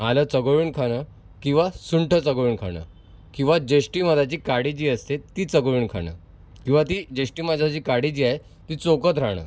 आलं चघळून खाणं किंवा सुंठ चघळून खाणं किंवा जेष्ठमधाची काडी जी असते ती चघळून खाणं किंवा ती जेष्ठमधाची काडी जी आहे ती चोखत रहा